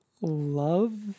love